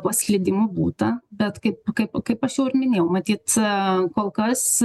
paslydimų būta bet kaip kaip kaip aš jau ir minėjau matyt kol kas